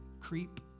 creep